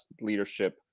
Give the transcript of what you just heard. leadership